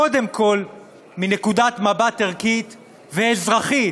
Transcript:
קודם כול מנקודת מבט ערכית ואזרחית,